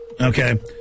okay